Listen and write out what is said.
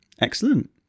Excellent